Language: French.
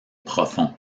profond